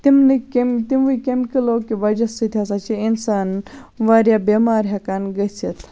تمنٕے کیٚمۍ تموٕے کیٚمکلو کہِ وَجہ سۭتۍ ہَسا چھِ اِنسان واریاہ بیٚمار ہیٚکان گٔژھِتھ